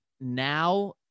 Now